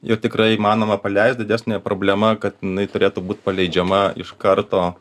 ir tikrai įmanoma paleist didesnė problema kad jinai turėtų būt paleidžiama iš karto